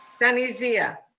sunny zia.